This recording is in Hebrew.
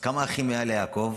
כמה אחים היה ליעקב?